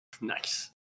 nice